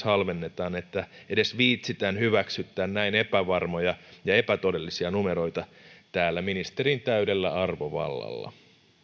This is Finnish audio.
halvennetaan että edes viitsitään hyväksyttää näin epävarmoja ja epätodellisia numeroita täällä ministerin täydellä arvovallalla